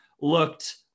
looked